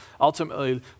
ultimately